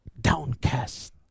downcast